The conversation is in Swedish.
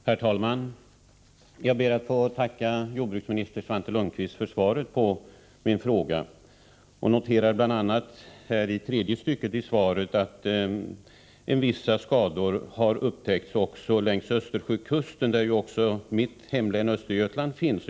Herr talman! Jag ber att få tacka jordbruksminister Svante Lundkvist för svaret på min fråga. Jag noterar i tredje stycket i svaret att vissa skador har upptäckts också längs Östersjökusten, där mitt hemlän Östergötland finns.